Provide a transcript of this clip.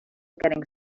getting